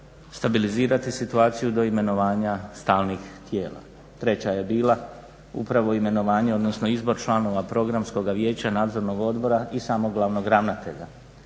stabilizirati situaciju do imenovanja stalnih tijela. Treća je bila upravo imenovanje, odnosno izbor članova Programskog vijeća, Nadzornog odbora i samog glavnog ravnatelja.